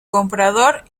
comprador